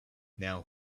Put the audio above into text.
now